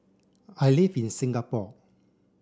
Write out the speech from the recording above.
I live in Singapore